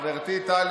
חברתי טלי